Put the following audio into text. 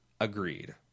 agreed